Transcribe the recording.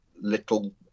little